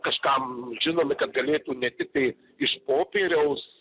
kažkam žinomi kad galėtų ne tiktai iš popieriaus